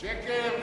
שקר.